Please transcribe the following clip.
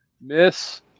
Miss